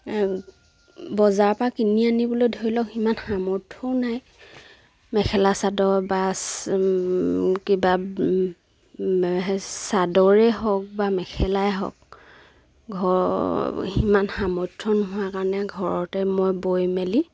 বজাৰৰ পৰা কিনি আনিবলৈ ধৰি লওক সিমান সামৰ্থও নাই মেখেলা চাদৰ বা কিবা চাদৰেই হওক বা মেখেলাই হওক ঘৰ সিমান সামৰ্থ্য নোহোৱা কাৰণে ঘৰতে মই বৈ মেলি